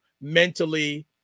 mentally